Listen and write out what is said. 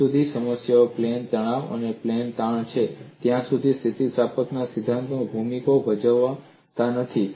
જ્યા સુધી સમસ્યા પ્લેન તણાવ અથવા પ્લેન તાણ છે ત્યાં સુધી સ્થિતિસ્થાપક સ્થિરાંકો ભૂમિકા ભજવતા નથી